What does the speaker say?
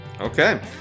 Okay